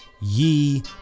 Ye